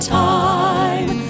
time